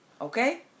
Okay